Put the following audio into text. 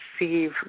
receive